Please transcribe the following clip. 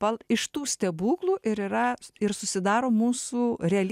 pal iš tų stebuklų ir yra ir susidaro mūsų realy